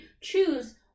choose